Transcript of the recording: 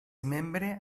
membre